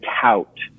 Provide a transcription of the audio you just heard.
tout